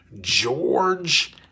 George